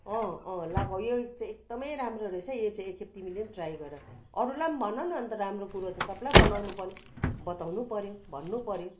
अँ अँ लगाऊ यो चाहिँ एकदमै राम्रो रहेछ है यो चाहिँ एकखेप तिमीले पनि ट्राई गर अरूलाई पनि भनन अन्त राम्रो कुरो त सबलाई बनाउनु पऱ्यो बताउनु पऱ्यो भन्नु पऱ्यो